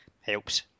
helps